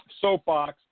soapbox